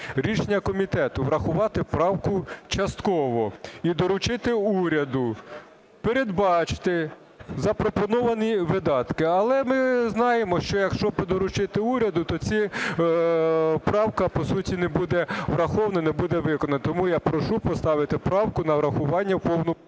рішення комітету врахувати правку частково і доручити уряду передбачити запропоновані видатки. Але ми знаємо, що якщо доручити уряду, то ця правка по суті не буде врахована, не буде виконана. Тому я прошу поставити правку на врахування в повному…